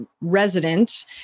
resident